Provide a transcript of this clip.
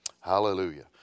Hallelujah